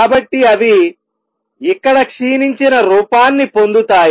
కాబట్టిఅవి ఇక్కడ క్షీణించిన రూపాన్ని పొందుతాయి